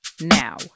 now